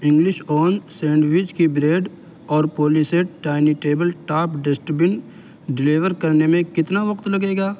English on sandwich کے bread اور پولیسیٹ tiny table top dustbin deliver کرنے میں کتنا وقت لگے گا